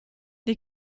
they